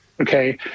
okay